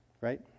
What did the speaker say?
right